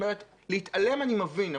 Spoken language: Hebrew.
להתעלם, אני מבין.